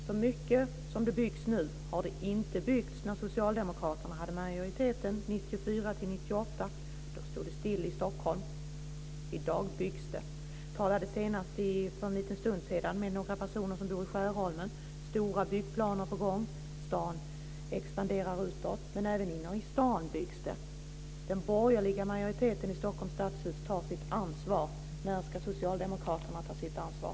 Så mycket som det byggs nu har det inte byggts när socialdemokraterna hade majoriteten 1994-1998. Då stod det stilla i Stockholm. I dag byggs det. Jag talade senast för en liten stund sedan med några personer som bor i Skärholmen. Det är stora byggplaner på gång. Staden expanderar utåt, men det byggs även inne i stan. Den borgerliga majoriteten i Stockholms stadshus tar sitt ansvar. När ska socialdemokraterna ta sitt ansvar?